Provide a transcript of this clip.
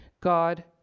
god